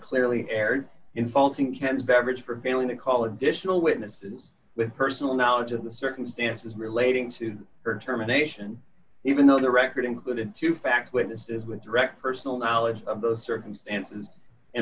clearly erred in faulting ken beverage for failing to call additional witnesses with personal knowledge of the circumstances relating to her terminations even though the record included two fact witnesses with direct personal knowledge of th